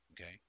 okay